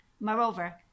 Moreover